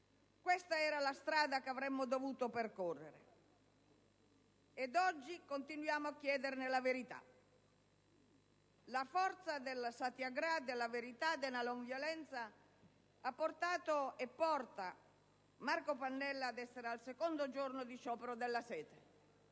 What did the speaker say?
Questa era la strada che avremmo dovuto percorrere. Oggi continuiamo a chiedere la verità. La forza del *satyagraha*, della verità, della non violenza ha portato e porta Marco Pannella ad essere al secondo giorno di sciopero della sete.